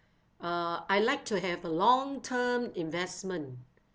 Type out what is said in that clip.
uh I like to have a long-term investment